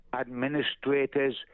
administrators